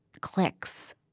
clicks